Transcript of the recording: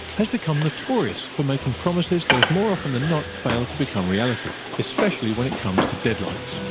has become notorious for making promises that have more often than not failed to become reality, especially when it comes to deadlines.